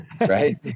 right